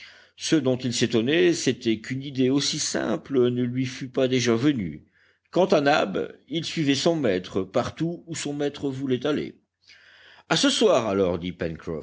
ce dont il s'étonnait c'était qu'une idée aussi simple ne lui fût pas déjà venue quant à nab il suivait son maître partout où son maître voulait aller à ce soir alors